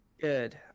Good